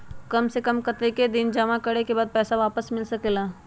काम से कम कतेक दिन जमा करें के बाद पैसा वापस मिल सकेला?